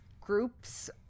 groups